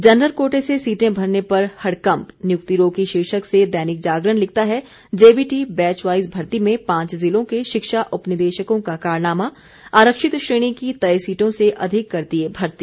general कोटे से सीटें मरने पर हड़कंप नियुक्ति रोकी शीर्षक से दैनिक जागरण लिखता है जेबीटी बैचवाइज भर्ती में पांच जिलों के शिक्षा उपनिदेशकों का कारनामा आरक्षित श्रेणी की तय सीटों से अधिक कर दिए भर्ती